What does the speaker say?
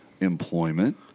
employment